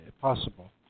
possible